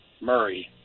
Murray